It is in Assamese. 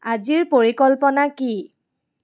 আজিৰ পৰিকল্পনা কি